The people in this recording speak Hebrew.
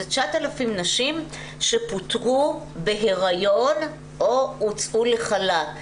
זה 9,000 נשים שפוטרו בהיריון או הוצאו לחל"ת.